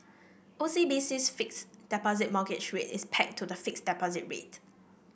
OCBC's Fixed Deposit Mortgage Rate is pegged to the fixed deposit rate